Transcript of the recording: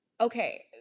okay